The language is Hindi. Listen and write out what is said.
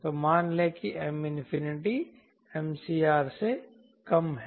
तो मान लें कि M MCR से कम है